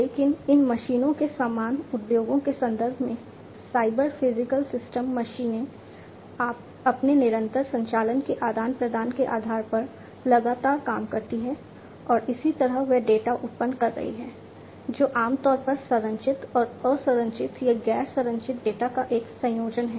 लेकिन इन मशीनों के समान उद्योगों के संदर्भ में साइबर फिजिकल सिस्टम मशीनें अपने निरंतर संचालन के आदान प्रदान के आधार पर लगातार काम करती हैं और इसी तरह वे डेटा उत्पन्न कर रही हैं जो आमतौर पर संरचित और असंरचित या गैर संरचित डेटा का एक संयोजन है